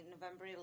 November